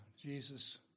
Jesus